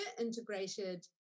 integrated